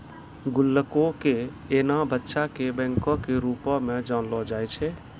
गुल्लको के एना बच्चा के बैंको के रुपो मे जानलो जाय छै